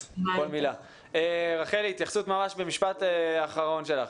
רחל, התייחסות במשפט אחרון שלך.